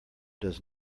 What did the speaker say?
does